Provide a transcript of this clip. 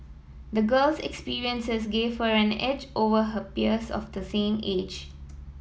the girl's experiences gave her an edge over her peers of the same age